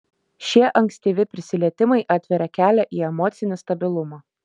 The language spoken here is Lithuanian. šie ankstyvi prisilietimai atveria kelią į emocinį stabilumą